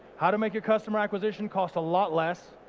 how to make your customer acquisition cost a lot less?